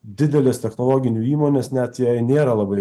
dideles technologinių įmones net jei nėra labai